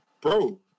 bro